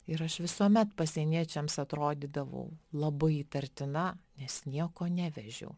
ir aš visuomet pasieniečiams atrodydavau labai įtartina nes nieko nevežiau